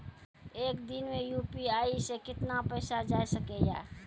एक दिन मे यु.पी.आई से कितना पैसा जाय सके या?